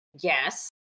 Yes